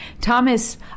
Thomas